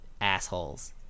assholes